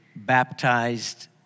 baptized